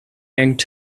yanked